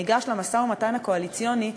כשנבחר שר האוצר כחלון וניגש למשא-ומתן הקואליציוני,